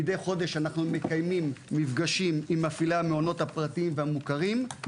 מדי חודש אנחנו מקיימים מפגשים עם מפעילי המעונות הפרטיים והמוכרים.